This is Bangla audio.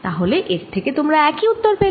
তাহলে এর থেকে তোমরা একই উত্তর পেলে